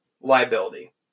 Liability